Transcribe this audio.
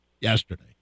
yesterday